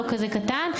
לא כזה קטן,